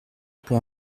pour